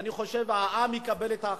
אני חושב שהעם יקבל את ההכרעה.